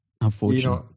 Unfortunately